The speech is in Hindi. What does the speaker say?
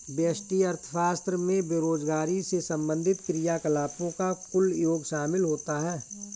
व्यष्टि अर्थशास्त्र में बेरोजगारी से संबंधित क्रियाकलापों का कुल योग शामिल होता है